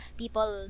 people